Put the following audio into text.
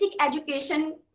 education